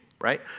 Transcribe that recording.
right